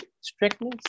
strictness